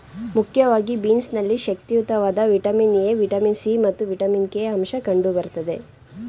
ಮುಖ್ಯವಾಗಿ ಬೀನ್ಸ್ ನಲ್ಲಿ ಶಕ್ತಿಯುತವಾದ ವಿಟಮಿನ್ ಎ, ವಿಟಮಿನ್ ಸಿ ಮತ್ತು ವಿಟಮಿನ್ ಕೆ ಅಂಶ ಕಂಡು ಬರ್ತದೆ